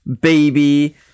baby